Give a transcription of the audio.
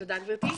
תודה גברתי.